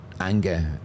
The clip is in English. anger